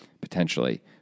potentially